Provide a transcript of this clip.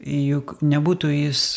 juk nebūtų jis